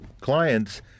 clients